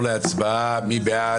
--- נצביע על הסתייגות 222. מי בעד?